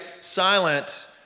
silent